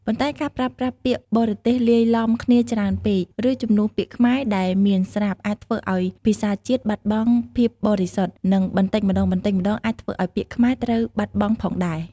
ប៉ុន្តែការប្រើប្រាស់ពាក្យបរទេសលាយឡំគ្នាច្រើនពេក ឬជំនួសពាក្យខ្មែរដែលមានស្រាប់ អាចធ្វើឱ្យភាសាជាតិបាត់បង់ភាពបរិសុទ្ធ និងបន្ដិចម្ដងៗអាចធ្វើឲ្យពាក្យខ្មែរត្រូវបាត់បង់ផងដែរ។